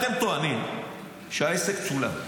הרי אתם טוענים שהעסק צולם.